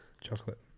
Chocolate